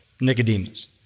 Nicodemus